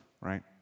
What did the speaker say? right